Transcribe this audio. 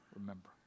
Remember